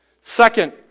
Second